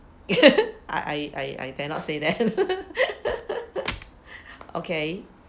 I I I dare not say that okay